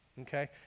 Okay